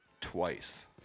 twice